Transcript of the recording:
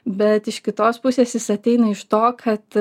bet iš kitos pusės jis ateina iš to kad